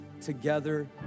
together